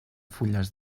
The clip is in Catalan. fulles